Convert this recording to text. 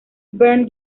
bernd